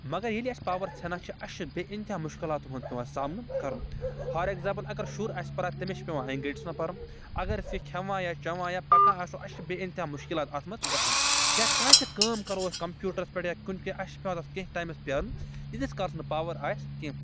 مگر ییٛلہِ اَسہِ پاور ژھینان چھُ اَسہِ چھُ بے انتِہا مُشکِلات ہُنٛد پیوان سامنہ کَرُن فار ایکزامپل اگر شُر آسہِ پران تٔمس چھُ پیوان اَنگٔٹس منٛز پَرُن اگر أسۍ کیٚنٛہہ کھیوان چٮ۪وان یا پکان آسو اَسہِ چھِ بے انتِہا مُشکِلات اتھ منٛز گژھان یا کانہہ تہِ کٲم کَرو أس کَمپیوٹرس یا کُنتہ اَسہِ چھُ پیوان تتھ کینہہ ٹایمس پیارُن ییٖتس کالس نہٕ پاور آسہِ کینہہ